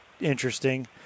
interesting